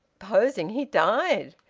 supposing he died?